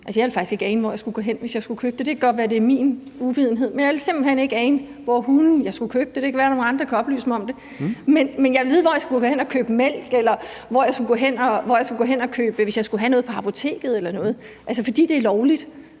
Jeg ville faktisk ikke ane, hvor jeg skulle gå hen, hvis jeg skulle købe det. Det kan godt være, det er min uvidenhed, men jeg ville simpelt hen ikke ane, hvor hulen jeg skulle købe det. Det kan være, at nogle andre kan oplyse mig om det. Men jeg ville vide, hvor jeg skulle gå hen at købe mælk, eller hvor jeg skulle gå hen, hvis jeg skulle have noget på apoteket, fordi det er lovligt.